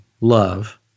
love